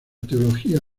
teología